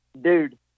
dude